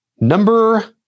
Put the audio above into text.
number